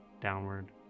downward